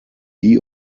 backed